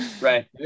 Right